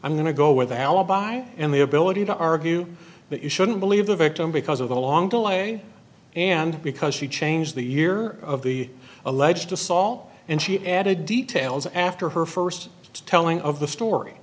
i'm going to go with alibi and the ability to argue that you shouldn't believe the victim because of the long delay and because she changed the year of the alleged assault and she added details after her first telling of the story